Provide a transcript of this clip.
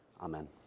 Amen